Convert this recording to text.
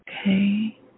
okay